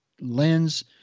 lens